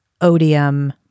Odium